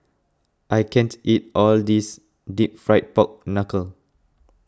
I can't eat all this Deep Fried Pork Knuckle